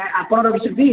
ଆପଣ ରଖିଛନ୍ତି